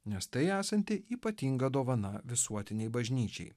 nes tai esanti ypatinga dovana visuotinei bažnyčiai